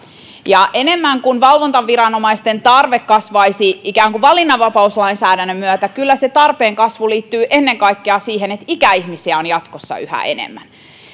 ja enemmän kuin valvontaviranomaisten tarve kasvaisi ikään kuin valinnanvapauslainsäädännön myötä kyllä se tarpeen kasvu liittyy ennen kaikkea siihen että ikäihmisiä on jatkossa yhä enemmän